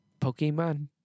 Pokemon